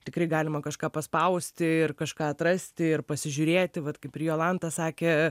tikrai galima kažką paspausti ir kažką atrasti ir pasižiūrėti vat kaip ir jolanta sakė